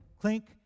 clink